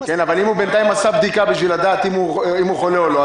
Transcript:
הם מספיקים --- אבל אם הוא עשה בינתיים בדיקה אם הוא חולה או לא,